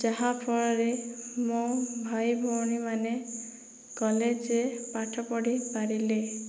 ଯାହାଫଳରେ ମୋ ଭାଇ ଭଉଣୀମାନେ କଲେଜ ପାଠପଢ଼ି ପାରିଲେ